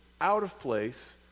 out-of-place